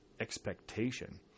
expectation